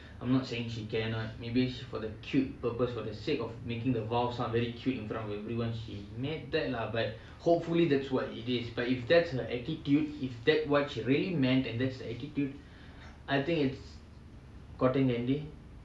I'm not saying she cannot maybe for the cute purpose for the sake of making the vow sound very cute in front of everyone she made that lah but hopefully that's what it is but if that's her attitude if that what she really meant then I think it's cotton candy it wouldn't withstand the storms of life lah